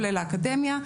כולל האקדמיה,